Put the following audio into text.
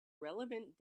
relevant